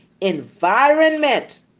environment